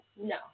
No